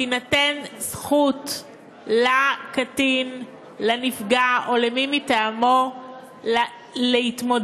תינתן זכות לקטין, לנפגע, או למי מטעמו להתמודד,